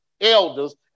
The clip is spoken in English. elders